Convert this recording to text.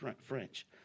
French